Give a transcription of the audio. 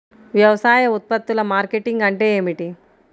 వ్యవసాయ ఉత్పత్తుల మార్కెటింగ్ అంటే ఏమిటి?